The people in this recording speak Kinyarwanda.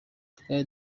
twari